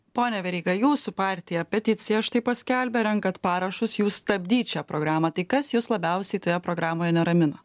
pone veryga jūsų partija peticiją štai paskelbė renkat parašus jau stabdyt šią programą tai kas jus labiausiai toje programoje neramino